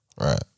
right